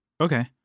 Okay